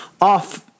off